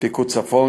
פיקוד צפון,